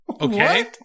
Okay